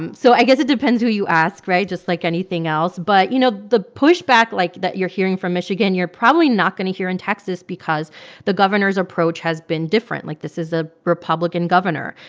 and so i guess it depends who you ask right? just like anything else but, you know, the pushback, like, that you're hearing from michigan you're probably not going to hear in texas because the governor's approach has been different. like, this is a republican governor.